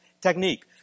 technique